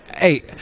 Hey